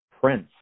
prince